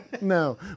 No